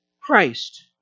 Christ